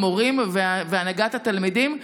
המורים והנהגת התלמידים,